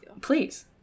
Please